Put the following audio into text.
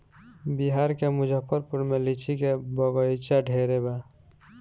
बिहार के मुजफ्फरपुर में लीची के बगइचा ढेरे बा